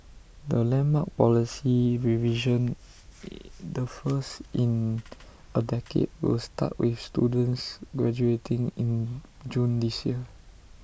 the landmark policy revision the first in A decade will start with students graduating in June this year